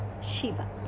Shiva